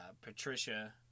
Patricia